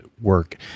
work